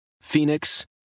Phoenix